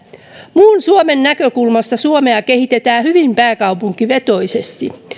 muun suomen näkökulmasta suomea kehitetään hyvin pääkaupunkivetoisesti